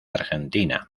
argentina